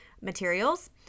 materials